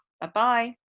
Bye-bye